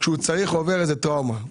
כשעובר טראומה,